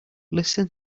listen